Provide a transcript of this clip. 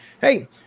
hey